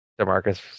Demarcus